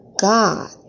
God